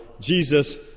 Jesus